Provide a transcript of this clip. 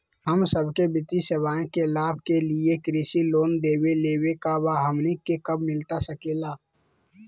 हम सबके वित्तीय सेवाएं के लाभ के लिए कृषि लोन देवे लेवे का बा, हमनी के कब मिलता सके ला?